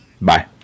Bye